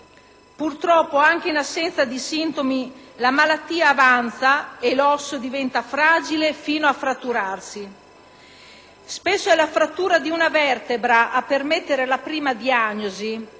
Purtroppo, anche in assenza di sintomi, la malattia avanza e l'osso diventa fragile fino a fratturarsi. Spesso è la frattura di una vertebra a permettere la prima diagnosi